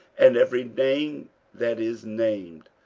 and every name that is named,